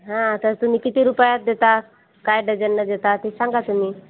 हा तर तुम्ही किती रुपयात देता काय डझननं देता ते सांगा तुम्ही